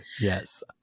yes